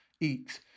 eats